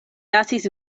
lasis